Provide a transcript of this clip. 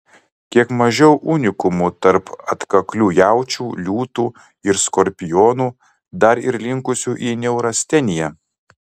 kiek mažiau unikumų tarp atkaklių jaučių liūtų ir skorpionų dar ir linkusių į neurasteniją